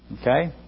Okay